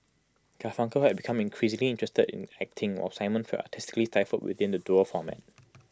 Garfunkel had become increasingly interested in acting while simon felt artistically stifled within the duo format